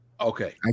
Okay